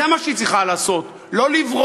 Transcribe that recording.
זה מה שהיא צריכה לעשות, לא לברוח.